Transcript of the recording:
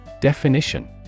Definition